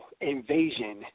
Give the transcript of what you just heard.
invasion